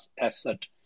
asset